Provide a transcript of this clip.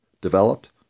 developed